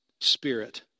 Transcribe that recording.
spirit